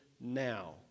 now